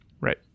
right